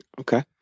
Okay